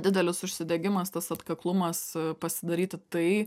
didelis užsidegimas tas atkaklumas pasidaryti tai